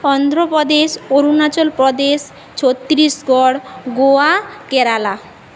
Andhra Pradesh Arunachal Pradesh Chhattisgarh Goa Kerala